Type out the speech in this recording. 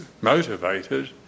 motivated